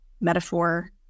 metaphor